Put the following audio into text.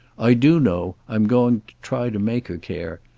i do know i'm going to try to make her care,